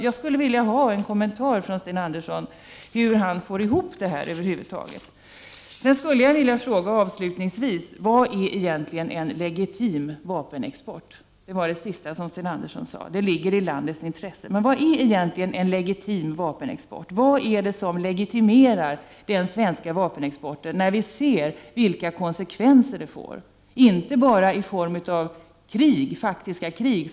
Jag skulle vilja fråga Sten Andersson hur han över huvud taget får det här att gå ihop. Avslutningsvis skulle jag vilja fråga: Vad är egentligen en legitim vapenexport? Det sista som Sten Andersson sade var att en legitim vapenexport ligger i landets intresse. Men vad är egentligen en legitim vapenexport? Vad är det som legitimerar den svenska vapenexporten när vi ser vilka konsekvenser den får, inte bara i form av faktiska krig?